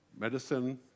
medicine